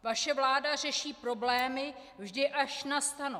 Vaše vláda řeší problémy vždy, až nastanou.